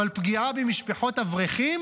אבל פגיעה במשפחות אברכים,